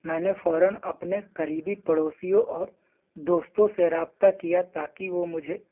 میں نے فوراً اپنے قریبی پڑوسیوں اور دوستوں سے رابطہ کیا تاکہ وہ مجھے